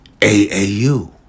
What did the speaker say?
AAU